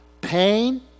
pain